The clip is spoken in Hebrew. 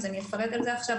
אז אפרט את זה עכשיו.